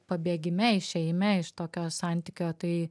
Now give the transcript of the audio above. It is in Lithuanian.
pabėgime išėjime iš tokio santykio tai